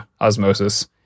osmosis